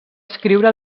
escriure